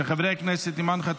לוועדה שתקבע ועדת הכנסת נתקבלה.